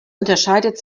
unterscheidet